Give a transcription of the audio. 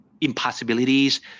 impossibilities